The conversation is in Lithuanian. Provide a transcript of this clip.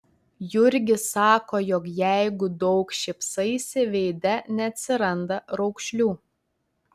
jurgis sako jog jeigu daug šypsaisi veide neatsiranda raukšlių